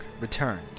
returned